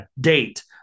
date